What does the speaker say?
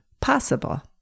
possible